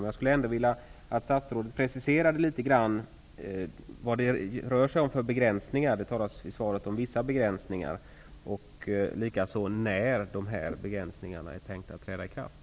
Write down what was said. Det talas i svaret om vissa begränsningar. Jag skulle vilja att statsrådet preciserade vilka begränsningar det rör sig om och när det är tänkt att de skall träda i kraft.